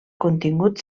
contingut